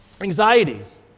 anxieties